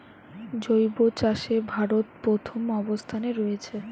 জৈব চাষে ভারত প্রথম অবস্থানে রয়েছে